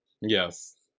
yes